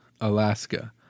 alaska